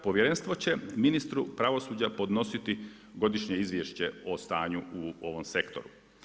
Povjerenstvo će ministru pravosuđa podnositi godišnje izvješće o stanju u ovom sektoru.